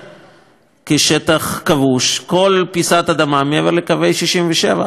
כשטח כבוש כל פיסת אדמה מעבר לקווי 67'. אגב,